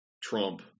trump